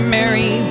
Mary